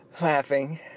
laughing